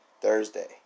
Thursday